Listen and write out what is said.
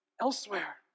elsewhere